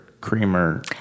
creamer